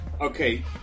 Okay